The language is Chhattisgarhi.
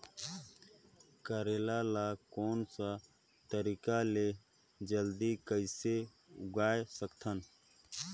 करेला ला कोन सा तरीका ले जल्दी कइसे उगाय सकथन?